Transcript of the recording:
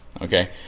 Okay